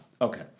Okay